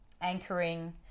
anchoring